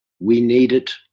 we need it.